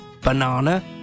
banana